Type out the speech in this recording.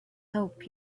hope